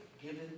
given